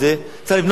צריך לבנות גדר.